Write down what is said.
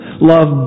Love